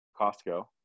Costco